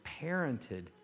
parented